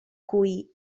cui